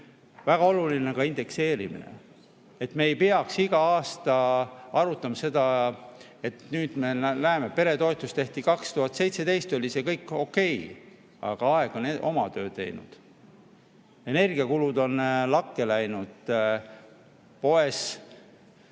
Väga oluline on ka indekseerimine, et me ei peaks iga aasta seda arutama. Nüüd me näeme, et kui peretoetus tehti 2017, siis oli see kõik okei, aga aeg on oma töö teinud. Energiakulud on lakke läinud. Poes